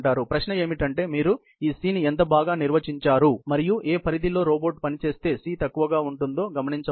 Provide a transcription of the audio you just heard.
ప్రశ్న ఏమిటంటే మీరు ఈ C ను ఎంత బాగా నిర్వచించారు మరియు ఏ పరిధిలో రోబోట్ పని చేస్తే C తక్కువగా ఉంటుందో గమనించవలెను